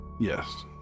Yes